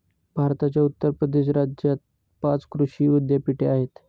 भारताच्या उत्तर प्रदेश राज्यात पाच कृषी विद्यापीठे आहेत